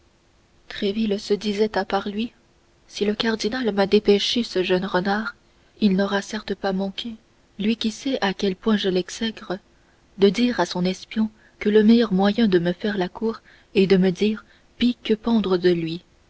fais tréville se disait à part lui si le cardinal m'a dépêché ce jeune renard il n'aura certes pas manqué lui qui sait à quel point je l'exècre de dire à son espion que le meilleur moyen de me faire la cour est de me dire pis que pendre de lui